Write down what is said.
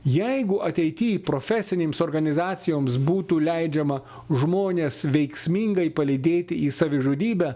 jeigu ateity profesinėms organizacijoms būtų leidžiama žmones veiksmingai palydėti į savižudybę